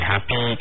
Happy